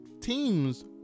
teams